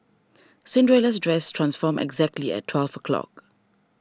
Cinderella's dress transformed exactly at twelve o' clock